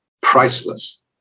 Priceless